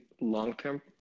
long-term